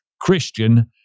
Christian